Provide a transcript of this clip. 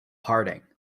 parting